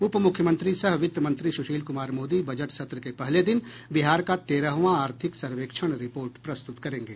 उपमुख्यमंत्री सह वित्त मंत्री सुशील कुमार मोदी बजट सत्र के पहले दिन बिहार का तेरहवां आर्थिक सर्वेक्षण रिपोर्ट प्रस्तुत करेंगे